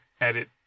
edit